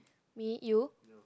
me you